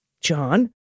John